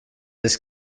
his